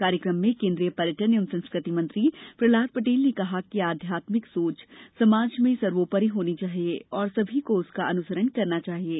कार्यकम में केन्द्रीय पर्यटन एवं संस्कृति मंत्री प्रहलाद पटेल ने कहा कि आध्यात्मिक सोच समाज में सर्वोपरि होना चाहिये और सभी को उसका अनुसरण करना चाहिये